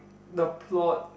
the plot